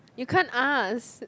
you can't ask